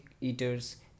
eaters